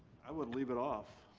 i would leave it off.